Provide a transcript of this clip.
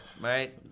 Right